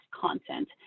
content